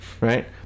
Right